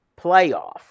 playoff